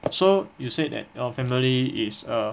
so you said that your family is a